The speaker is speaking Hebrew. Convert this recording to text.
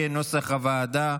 כנוסח הוועדה.